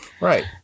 Right